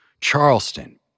Charleston